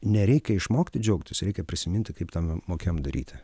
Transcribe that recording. nereikia išmokti džiaugtis reikia prisiminti kaip tą mokėjom daryti